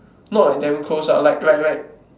not like damn close ah like like like